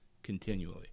Continually